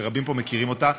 שרבים פה מכירים אותה,